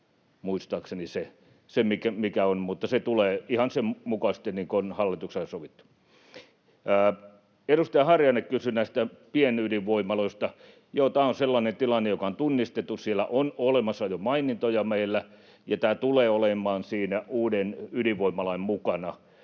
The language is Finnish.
muistaakseni, mikä on. Mutta se tulee ihan sen mukaisesti kuin on hallituksessa sovittu. Edustaja Harjanne kysyi pienydinvoimaloista. Joo, tämä on sellainen tilanne, joka on tunnistettu. Siellä on olemassa jo mainintoja meillä, ja tämä tulee olemaan uuden ydinvoimalalain mukana.